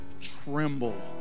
tremble